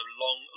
long